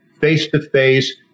face-to-face